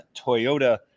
Toyota